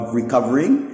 recovering